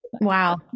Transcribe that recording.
Wow